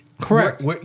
correct